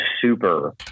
super